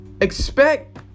expect